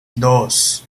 dos